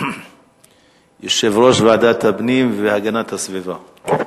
יושב-ראש ועדת הפנים והגנת הסביבה.